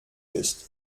ist